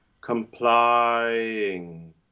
Complying